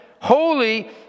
holy